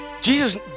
Jesus